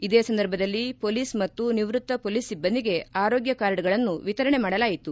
ಇದೇ ಸಂದರ್ಭದಲ್ಲಿ ಮೊಲೀಸ್ ಮತ್ತು ನಿವೃತ್ತ ಮೊಲೀಸ್ ಸಿಭ್ಗಂದಿಗೆ ಆರೋಗ್ಗ ಕಾರ್ಡ್ಗಳನ್ನು ವಿತರಣೆ ಮಾಡಲಾಯಿತು